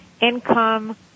income